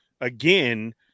again